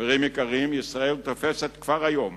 חברים יקרים, ישראל תופסת כבר היום